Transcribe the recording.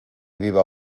viva